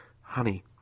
Honey